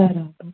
बराबरु